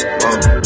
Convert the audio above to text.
whoa